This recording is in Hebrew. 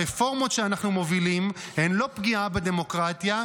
הרפורמות שאנחנו מובילים הן לא פגיעה בדמוקרטיה,